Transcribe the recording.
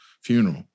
funeral